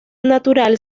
natural